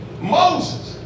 Moses